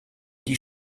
die